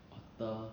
otter